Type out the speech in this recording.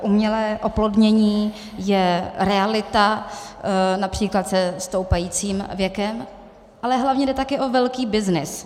Umělé oplodnění je realita, například se stoupajícím věkem, ale hlavně jde taky o velký byznys.